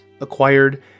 acquired